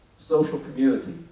social community,